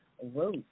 Whoa